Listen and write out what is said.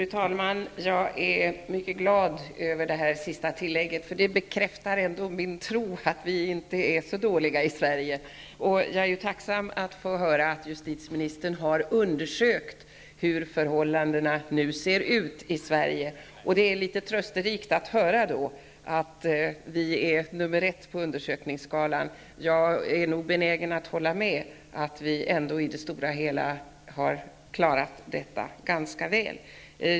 Fru talman! Jag är mycket glad över det senaste tillägget. Det bekräftar min tro att vi inte är så dåliga i Sverige. Jag är tacksam över att få höra att justitieministern har undersökt hur förhållandena nu ser ut i Sverige. Det är litet trösterikt att höra att vi är nr 1 i undersökningen. Jag är nog benägen att hålla med om att vi i det stora hela har klarat oss ganska väl.